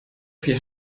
viel